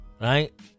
right